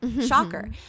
Shocker